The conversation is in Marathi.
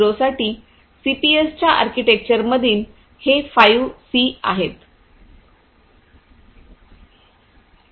0 साठी सीपीएसच्या आर्किटेक्चरमधील हे 5सीचे सी आहेत